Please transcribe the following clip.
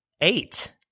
Eight